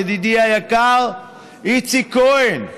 ידידי היקר איציק כהן.